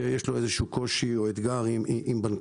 שיש לו איזה קושי או אתגר עם בנקאות,